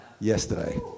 yesterday